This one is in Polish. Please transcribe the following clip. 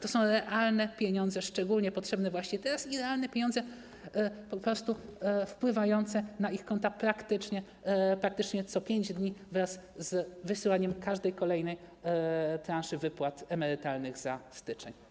To są realne pieniądze, szczególnie potrzebne właśnie teraz, realne pieniądze po prostu wpływające na ich konta praktycznie co 5 dni wraz z wysyłaniem każdej kolejnej transzy wypłat emerytalnych za styczeń.